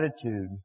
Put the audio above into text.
attitude